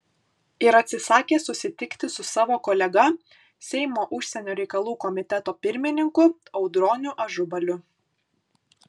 ir atsisakė susitikti su savo kolega seimo užsienio reikalų komiteto pirmininku audroniu ažubaliu